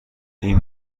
این